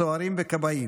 סוהרים וכבאים,